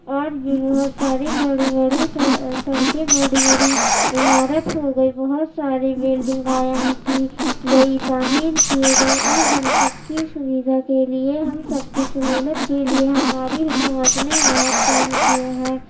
اور بھی بہت ساری بڑی بڑی سڑکیں بڑی بڑی عمارت ہوگئی بہت ساری بلڈنگ قائم کی گئی تعمیر کیے گئے اور ہم سب کی سویدھا کے لیے ہم سب کی سہولت کے لیے ہماری حکومت نے بہت کام کیے ہیں